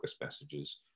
messages